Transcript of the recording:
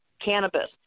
cannabis